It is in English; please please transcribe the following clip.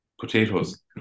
potatoes